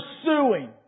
pursuing